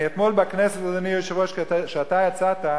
אתמול בכנסת, אדוני היושב-ראש, כשאתה יצאת,